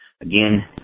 again